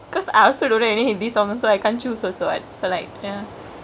cause I also don't know any hindi songks so I can't choose what so like ya